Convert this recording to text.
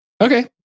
Okay